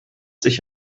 sich